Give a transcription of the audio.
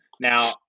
Now